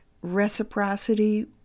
reciprocity